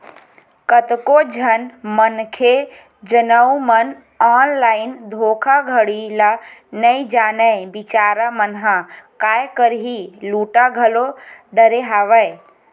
कतको झन मनखे जउन मन ऑनलाइन धोखाघड़ी ल नइ जानय बिचारा मन ह काय करही लूटा घलो डरे हवय